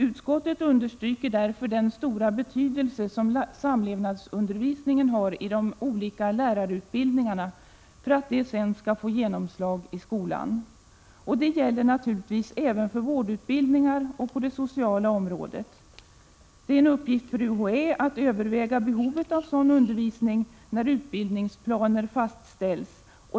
Utskottet understryker därför den stora betydelse som samlevnadsundervisningen har i de olika lärarutbildningarna för att det sedan skall få genomslag i skolan. Det gäller naturligtvis även för vårdutbildningar och på det sociala området. Det är en uppgift för UHÄ att överväga behovet av sådan undervisning när utbildningsplaner fastställs.